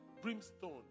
brimstone